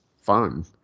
fun